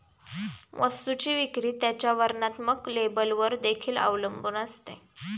वस्तूची विक्री त्याच्या वर्णात्मक लेबलवर देखील अवलंबून असते